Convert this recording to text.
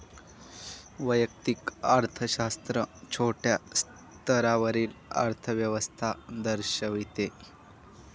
वैयक्तिक अर्थशास्त्र छोट्या स्तरावरील अर्थव्यवस्था दर्शविते